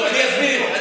תסביר למה עשרה אנשים,